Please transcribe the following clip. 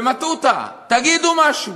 במטותא, תגידו משהו.